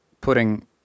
putting